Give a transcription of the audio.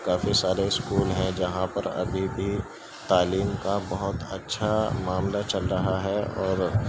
کافی سارے اسکول ہیں جہاں پر ابھی بھی تعلیم کا بہت اچھا معاملہ چل رہا ہے اور